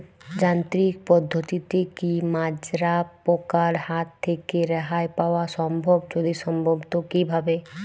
যান্ত্রিক পদ্ধতিতে কী মাজরা পোকার হাত থেকে রেহাই পাওয়া সম্ভব যদি সম্ভব তো কী ভাবে?